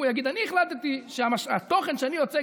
אם הוא יגיד: אני החלטתי שהתוכן שאני יוצק